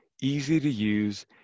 easy-to-use